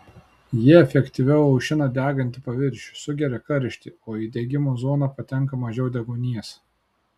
ji efektyviau aušina degantį paviršių sugeria karštį o į degimo zoną patenka mažiau deguonies